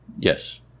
Yes